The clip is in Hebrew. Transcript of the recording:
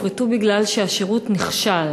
הופרטו מפני שהשירות נכשל.